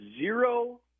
zero